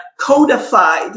codified